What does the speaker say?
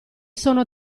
sono